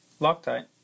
Loctite